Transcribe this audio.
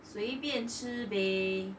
随便吃呗